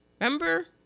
remember